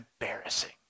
embarrassing